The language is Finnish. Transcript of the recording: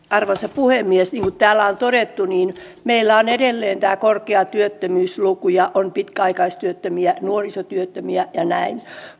arvoisa puhemies niin kuin täällä on todettu meillä on edelleen tämä korkea työttömyysluku ja on pitkäaikaistyöttömiä nuorisotyöttömiä ja näin